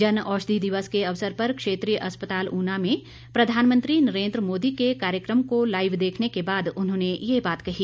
जनऔषधि दिवस के अवसर पर क्षेत्रीय अस्पताल ऊना में प्रधानमंत्री नरेन्द्र मोदी के कार्यक्रम को लाईव देखने के बाद उन्होंने ये बात कही